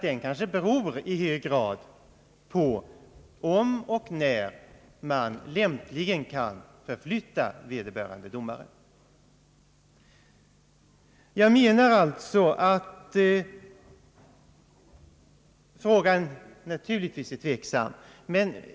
Den kanske i hög grad beror på om och när man lämpligen kan förflytta vederbörande domare. Jag anser naturligtvis att frågan är tveksam.